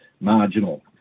marginal